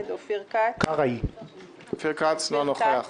אופיר כץ, אינו נוכח.